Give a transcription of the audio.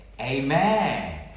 Amen